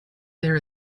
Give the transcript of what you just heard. there